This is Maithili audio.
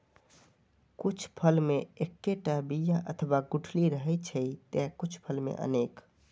कुछ फल मे एक्केटा बिया अथवा गुठली रहै छै, ते कुछ फल मे अनेक